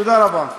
תודה רבה.